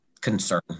concern